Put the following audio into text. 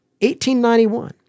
1891